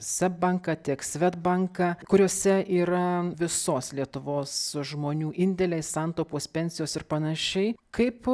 seb banką tiek swedbanką kuriuose yra visos lietuvos žmonių indėliai santaupos pensijos ir panašiai kaip